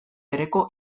bereko